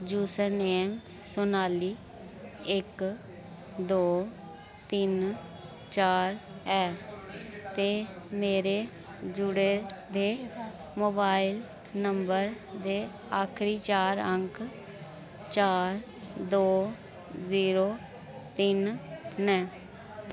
user name Sonali इक दो तिन चार ऐ ते मेरे जुड़े दे मोबाइल नम्बर दे आखरी चार अंक चार दो जीरो तिन्न न